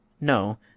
No